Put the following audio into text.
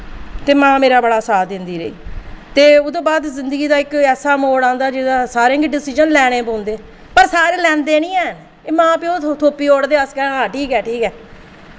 ते मां मेरा बड़ा साथ दिंदी रेही ते ओह्दे बाद जिंदगी दा इक ऐसा मोड़ औंदा जेह्दा सारें गी डिसिजन लैने पौंदे पर सारे लैंदे निं हैन एह् मां प्यो थो थोप्पी ओड़दे अस गै हां ठीक ऐ ठीक ऐ